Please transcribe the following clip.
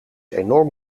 enorm